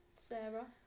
Sarah